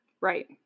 Right